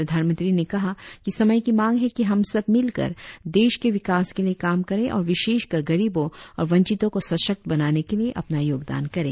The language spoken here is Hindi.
प्रधानमंत्री ने कहा कि समय की मांग है कि हम सब मिलकर देश के विकास के लिए काम करें और विशेषकर गरीबों और वंचितों को सशक्त बनाने के लिए अपना योगदान करें